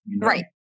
Right